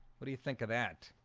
what do you think of that?